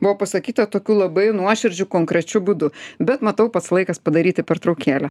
buvo pasakyta tokiu labai nuoširdžiu konkrečiu būdu bet matau pats laikas padaryti pertraukėlę